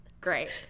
great